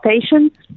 patients